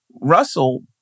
Russell